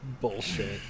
bullshit